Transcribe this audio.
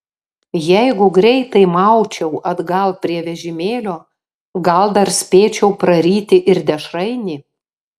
jeigu greitai maučiau atgal prie vežimėlio gal dar spėčiau praryti ir dešrainį